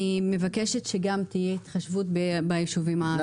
אני מבקשת שגם תהיה התחשבות ביישובים הערביים.